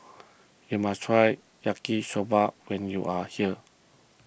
you must try Yaki Soba when you are here